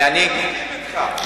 אני מסכים אתך.